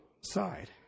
side